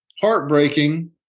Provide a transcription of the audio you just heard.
heartbreaking